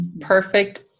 Perfect